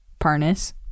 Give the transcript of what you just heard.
Parnas